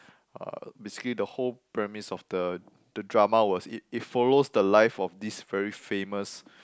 uh basically the whole premise of the the drama was it it follows the life of this very famous